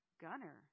Gunner